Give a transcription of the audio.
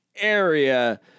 area